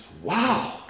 Wow